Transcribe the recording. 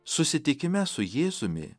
susitikime su jėzumi